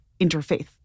interfaith